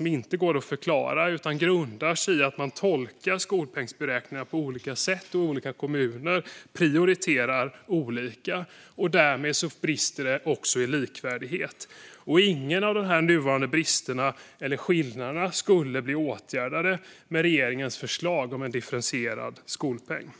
inte att förklara utan grundar sig i att man tolkar skolpengsberäkningarna på olika sätt och i att olika kommuner prioriterar olika. Därmed brister det också i likvärdighet. Ingen av de nuvarande bristerna eller skillnaderna skulle bli åtgärdade genom regeringens förslag om en differentierad skolpeng.